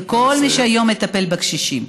וכל מי שהיום מטפל בקשישים.